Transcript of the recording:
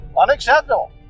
Unacceptable